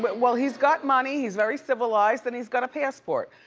but well he's got money, he's very civilized and he's got a passport.